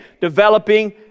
Developing